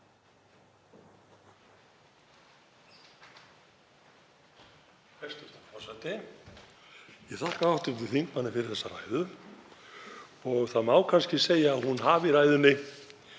Ég þakka hv. þingmanni fyrir þessa ræðu. Það má kannski segja að hún hafi í ræðunni